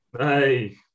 Hey